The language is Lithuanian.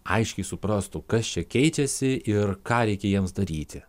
aiškiai suprastų kas čia keičiasi ir ką reikia jiems daryti